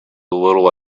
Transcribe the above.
little